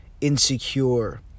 insecure